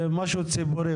זה משהו ציבורי,